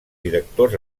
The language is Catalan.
directors